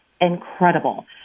incredible